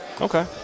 Okay